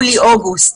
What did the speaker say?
יולי ואוגוסט.